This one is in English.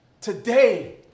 Today